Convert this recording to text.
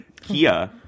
Kia